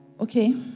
Okay